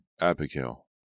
Abigail